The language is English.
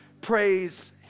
praise